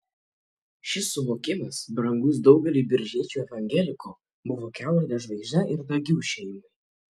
šis suvokimas brangus daugeliui biržiečių evangelikų buvo kelrode žvaigžde ir dagių šeimai